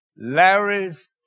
Larry's